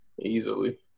Easily